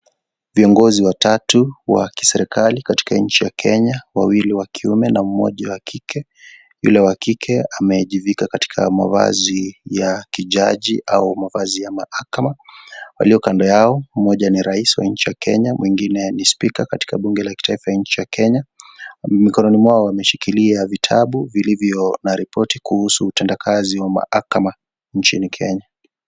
Viongozi watatu wa kiserikali katika nchi ya Kenya, wawili wa kiume na mmoja wa kike. Yule wa kike amejitwika katika mavazi ya kijaji au mavazi ya mahakama walio kando yao mmoja ni rais wa nchi ya Kenya mwingine ni spika katika bunge la kitaifa ya nchi ya Kenya mikono yao wameshikilia vitabu vilivyo na ripoti kuhusu utendakazi wa mahakama nchini Kenya.